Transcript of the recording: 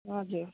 हजुर